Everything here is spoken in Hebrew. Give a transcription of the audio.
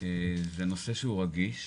זה נושא שהוא רגיש,